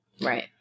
right